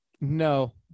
No